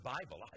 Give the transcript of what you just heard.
Bible